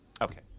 Okay